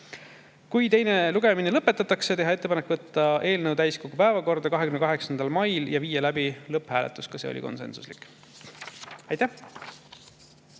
Kui teine lugemine lõpetatakse, teha ettepanek võtta eelnõu täiskogu päevakorda 28. mail ja viia läbi lõpphääletus. Ka see oli konsensuslik. Aitäh!